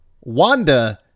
Wanda